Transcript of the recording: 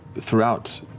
throughout